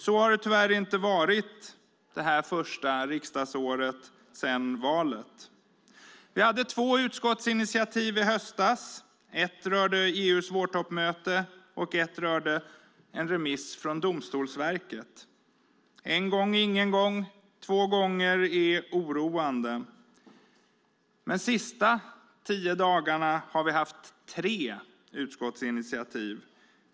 Så har det tyvärr inte varit det här första riksdagsåret efter valet. Vi hade två utskottsinitiativ i höstas. Ett rörde EU:s vårtoppmöte, och ett rörde en remiss från Domstolsverket. En gång är ingen gång. Två gånger är oroande. Men under de senaste tio dagarna har vi haft tre utskottsinitiativ.